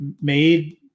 made –